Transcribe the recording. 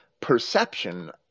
perception